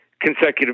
Consecutive